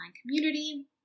community